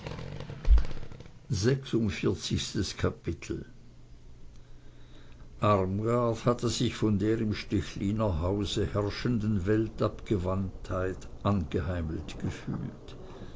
sechsundvierzigstes kapitel armgard hatte sich von der im stechliner hause herrschenden weltabgewandtheit angeheimelt gefühlt